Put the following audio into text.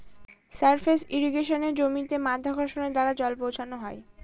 surface ইর্রিগেশনে জমিতে মাধ্যাকর্ষণের দ্বারা জল পৌঁছানো হয়